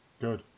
good